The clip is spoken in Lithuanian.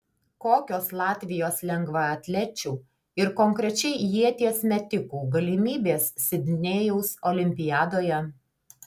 kokios latvijos lengvaatlečių ir konkrečiai ieties metikų galimybės sidnėjaus olimpiadoje